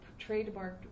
trademarked